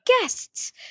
guests